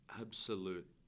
absolute